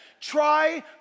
Try